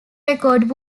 record